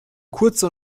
kurze